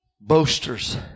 boasters